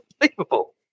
unbelievable